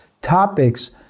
topics